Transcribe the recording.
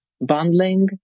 bundling